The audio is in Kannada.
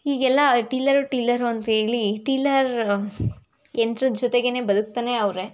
ಈಗೆಲ್ಲ ಟಿಲ್ಲರು ಟಿಲ್ಲರು ಅಂತೇಳಿ ಟಿಲ್ಲರ್ ಯಂತ್ರದ ಜೊತೆಗೆ ಬದುಕ್ತನೇ ಅವ್ರೆ